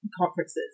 conferences